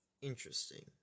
Interesting